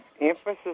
emphasis